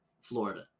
Florida